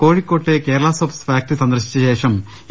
കോഴിക്കോട്ട് Kerala soaps factory സന്ദർശിച്ച ശേഷം ഇ